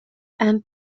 and